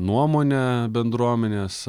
nuomonę bendruomenės